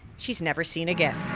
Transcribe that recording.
she is never seen again.